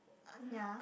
uh ya